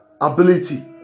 ability